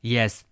Yes